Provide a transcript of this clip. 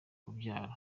urubyaro